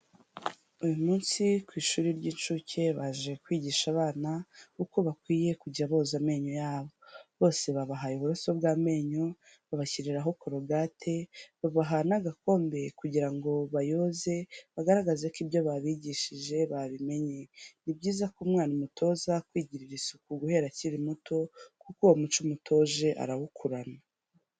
Uyu munsi ku ishuri ry'incuke baje kwigisha abana uko bakwiye kujya boza amenyo yabo. Bose babahaye uburoso bw'amenyo, babashyiriraho corogate, babaha n'agakombe kugira ngo bayoze bagaragaze ko ibyo babigishije babimenye. Ni byiza ko umwana umutoza kwigirira isuku guhera akiri muto, kuko uwo muco umutoje arawukurana.